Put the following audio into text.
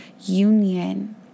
union